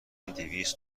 دویست